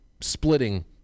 splitting